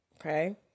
Okay